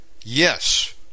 Yes